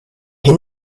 hin